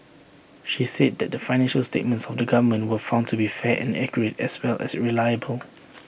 she said that the financial statements of the government were found to be fair and accurate as well as reliable